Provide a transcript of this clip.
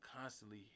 constantly